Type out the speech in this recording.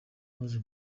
maze